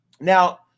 now